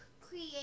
create